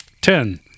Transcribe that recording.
Ten